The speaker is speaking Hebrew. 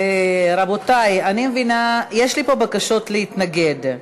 רבותי, יש לי פה בקשות להתנגד.